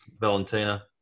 Valentina